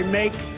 make